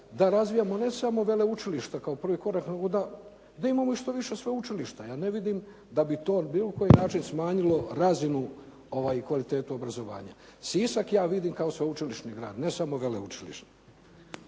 da razvijemo ne samo veleučilišta kao prvi korak nego da imamo i što više sveučilišta. Ja ne vidim da bi to na bilo koji način smanjilo razinu kvalitete obrazovanja. Sisak ja vidim kao sveučilišni grad, ne samo veleučilišni.